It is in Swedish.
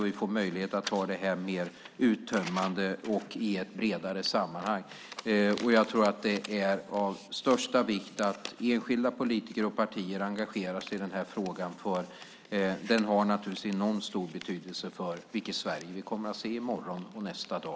Vi får då möjlighet att ta upp frågan i ett mer uttömmande och bredare sammanhang. Det är av största vikt att enskilda politiker och partier engagerar sig i frågan. Hur väl vi lyckas här har naturligtvis enormt stor betydelse för vilket Sverige vi kommer att se i morgon och nästa dag.